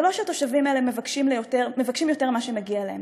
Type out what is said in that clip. זה לא שהתושבים האלה מבקשים יותר ממה שמגיע להם,